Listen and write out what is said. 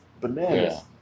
bananas